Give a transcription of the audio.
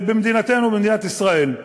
במדינתנו, במדינת ישראל.